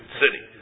city